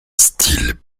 style